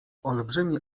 olbrzymi